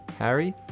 Harry